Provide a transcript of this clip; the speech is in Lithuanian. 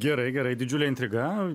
gerai gerai didžiulė intriga